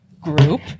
Group